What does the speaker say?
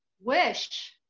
wish